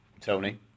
Tony